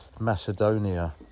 macedonia